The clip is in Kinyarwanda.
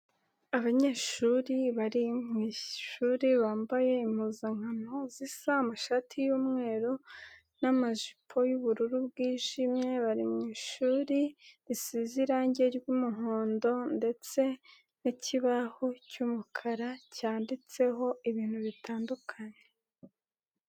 Abanyeshuri bari mu ishuri bambaye impuzankano zisa, amashati y'umweru n'amajipo y'ubururu bwijimye. Bari mu ishuri risize irangi ry'umuhondo ndetse n'ikibaho cy'umukara cyanditseho ibintu bitandukanye.